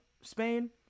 Spain